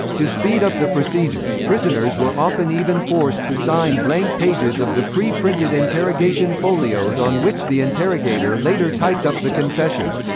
to speed up the procedure, prisoners were often even forced to sign blank pages of the pre-printed interrogation folios on which the interrogator later typed up the confession.